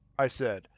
i said,